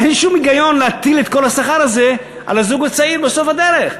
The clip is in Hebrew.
אין שום היגיון להטיל את כל השכר הזה על הזוג הצעיר בסוף הדרך.